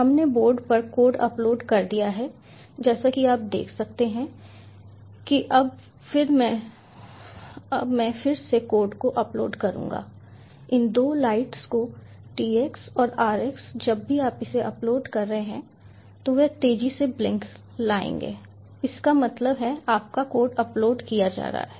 हमने बोर्ड पर code upload कर दिया है जैसा कि आप देख सकते हैं कि अब मैं फिर से कोड को अपलोड करूँगा इन दो लाइट्स को tx और rx जब भी आप इसे अपलोड कर रहे हैं तो वे तेज़ी से ब्लिंक लाएंगे इसका मतलब है आपका कोड अपलोड किया जा रहा है